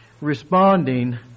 responding